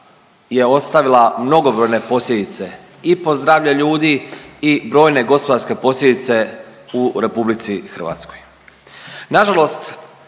je ostavila mnogobrojne posljedice i po zdravlje ljudi i brojne gospodarske posljedice u RH. Nažalost